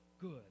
good